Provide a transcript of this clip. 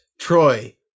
Troy